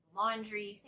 laundry